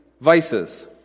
vices